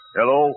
Hello